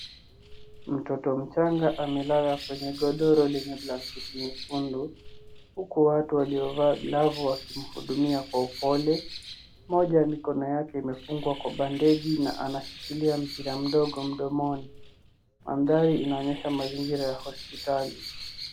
Mtoto mchanga amelala kwenye godoro lenye plastiki nyekundu huko watu waliovaa glavu wakimhudumia kwa upole. Moja ya mikono yake imefungwa kwa bandeji na anashikilia mpira mdogo mdomoni. Mandhari inaonyesha mazingira ya hospitali.